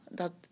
dat